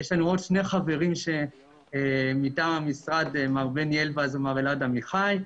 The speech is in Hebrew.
יש עוד שני חברים מטעם המשרד מר בני אלבז ומר אלעד עמיחי,